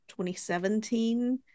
2017